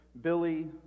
Billy